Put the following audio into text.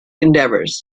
endeavors